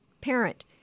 parent